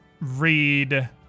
read